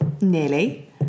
nearly